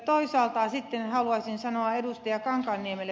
toisaalta sitten haluaisin sanoa ed